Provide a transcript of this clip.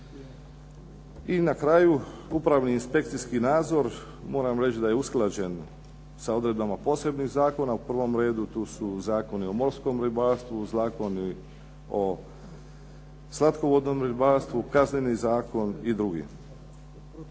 I na kraju upravni inspekcijski nadzor, moram reći da je usklađen sa odredbama posebnih zakona. U prvom redu tu su zakoni o morskom ribarstvu, zakoni o slatkovodnom ribarstvu, Kazneni zakon i drugi.